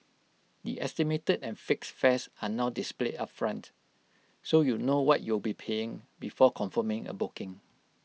the estimated and fixed fares are not displayed upfront so you know what you'll be paying before confirming A booking